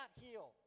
heal